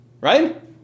right